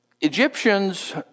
Egyptians